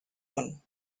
one